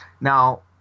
now